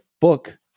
book